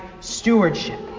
stewardship